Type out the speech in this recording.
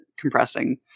compressing